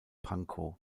pankow